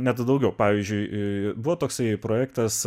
net daugiau pavyzdžiui buvo toksai e projektas